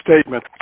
statement